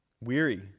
weary